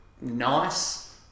Nice